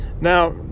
Now